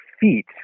feet